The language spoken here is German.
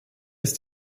ist